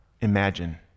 imagine